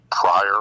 prior